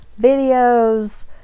videos